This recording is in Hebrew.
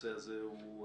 הנושא הזה הוא,